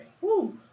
Woo